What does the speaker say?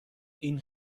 این